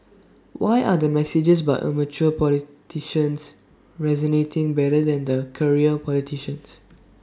why are the messages by amateur politicians resonating better than the career politicians